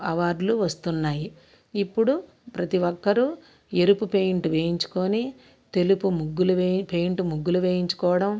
అవార్డులు వస్తున్నాయి ఇప్పుడు ప్రతీ ఒక్కరు ఎరుపు పెయింట్ వేయించుకొని తెలుపు ముగ్గులు వే పెయింట్ ముగ్గులు వేయించుకోవడం